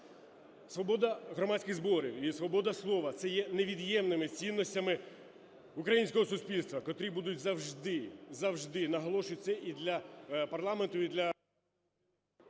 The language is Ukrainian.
свобода громадських зборів і свобода слова - це є невід'ємними цінностями українського суспільства, котрі будуть завжди, завжди, наголошую це і для парламенту, і для…